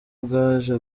bwaje